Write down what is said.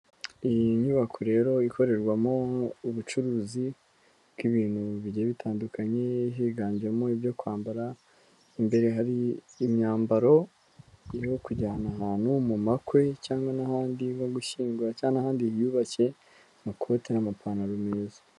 Iyi nyubako rero ikorerwamo ubucuruzi bw'ibintu bigiye bitandukanye higanjemo ibyo kwambara, imbere hari imyambaro irimo iyo kujyana ahantu mu makwe cyangwa n'ahandi nkko gushyingura cyangwa ahandi hiyubashye, amakoti n'amapantaro meza.